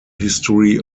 history